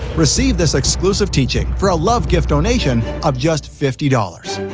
receive this exclusive teaching for a love gift donation of just fifty dollars,